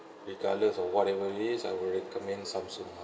regardless of whatever it is I will recommend samsung lah